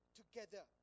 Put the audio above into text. together